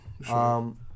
Sure